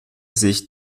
sich